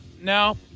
no